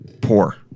poor